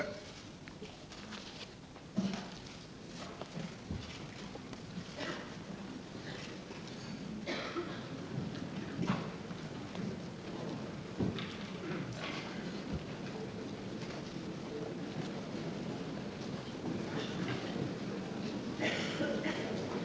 a alla goda initiativ, att